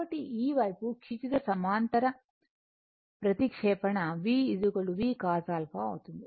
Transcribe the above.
కాబట్టి ఈ వైపు క్షితిజ సమాంతర ప్రతిక్షేపణ V VCos α అవుతుంది